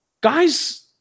guys